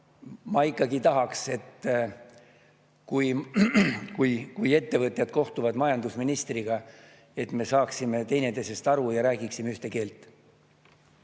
ma ikkagi tahaks, et kui ettevõtjad kohtuvad majandusministriga, siis me saame teineteisest aru ja räägime ühte keelt.